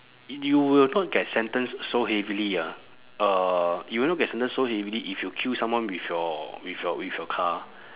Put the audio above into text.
you will not get sentenced so heavily ah uh you will not get sentenced so heavily if you kill someone with your with your with your car